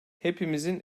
hepimizin